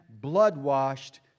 blood-washed